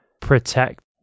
protect